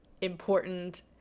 important